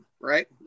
right